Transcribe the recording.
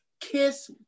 Kiss